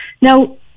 Now